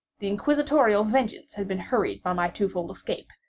the inquisitorial vengeance had been hurried by my two-fold escape,